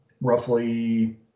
roughly